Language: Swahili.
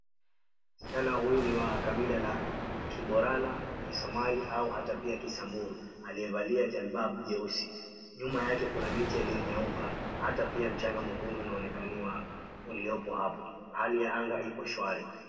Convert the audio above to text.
Msichana huyu ni wa kabila la kiborana, kisomali au hata pia kisamburu aliyevalia janbab jeusi. Nyuma yake kuna miti yalionyauka hata pia mchanga mwekundu unaonekaniwa uliopo hapo. Hali ya anga ipo shwari.